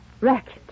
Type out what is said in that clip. Racket